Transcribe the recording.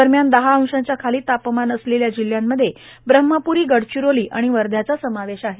दरम्यान दहा अंशाच्या खाली तापमान असलेल्या जिल्ह्यांमध्ये ब्रम्हपूरी गडचिरोली आणि वर्ध्याचा समावेश आहे